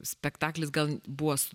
spektaklis gal buvo